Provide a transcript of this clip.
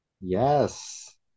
Yes